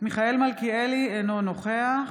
מיכאל מלכיאלי, אינו נוכח